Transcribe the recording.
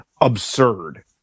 absurd